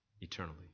eternally